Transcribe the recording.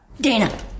Dana